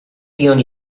dion